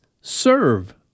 serve